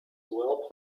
well